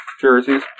jerseys